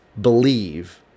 believe